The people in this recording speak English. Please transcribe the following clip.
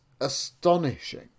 astonishing